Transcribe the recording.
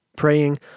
praying